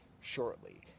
shortly